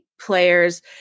players